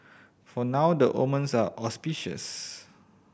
for now the omens are auspicious